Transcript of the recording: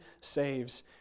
saves